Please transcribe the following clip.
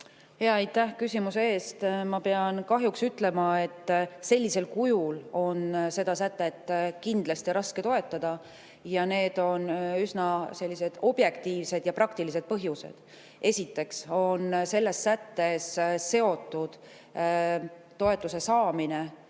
Aitäh küsimuse eest! Ma pean kahjuks ütlema, et sellisel kujul on seda sätet kindlasti raske toetada. Selleks on üsna objektiivsed ja praktilised põhjused. Esiteks on selles sättes seotud toetuse saamine